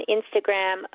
Instagram